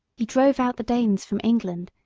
he drove out the danes from england,